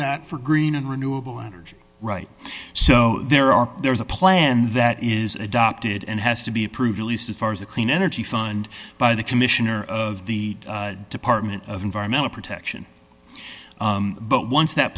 that for green and renewable energy right so there are there is a plan that is adopted and has to be approved at least as far as the clean energy fund by the commissioner of the department of environmental protection but once that